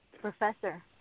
Professor